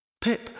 Pip